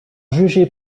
juger